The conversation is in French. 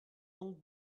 donc